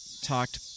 talked